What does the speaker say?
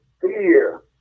fear